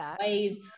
ways